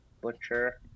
butcher